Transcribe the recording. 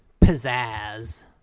Pizzazz